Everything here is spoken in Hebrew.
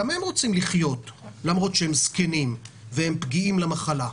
גם הם רוצים לחיות למרות שהם זקנים ופגיעים למחלה.